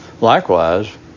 likewise